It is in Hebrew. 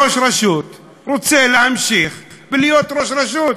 ראש רשות רוצה להמשיך ולהיות ראש רשות,